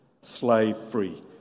slave-free